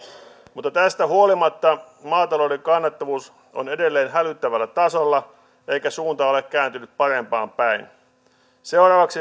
mutta tästä huolimatta maatalouden kannattavuus on edelleen hälyttävällä tasolla eikä suunta ole kääntynyt parempaan päin seuraavaksi